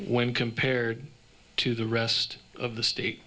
when compared to the rest of the state